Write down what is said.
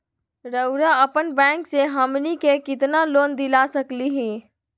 रउरा अपन बैंक से हमनी के कितना लोन दिला सकही?